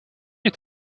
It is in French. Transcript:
est